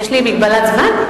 יש לי הגבלת זמן?